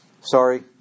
Sorry